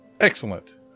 Excellent